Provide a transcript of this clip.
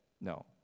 No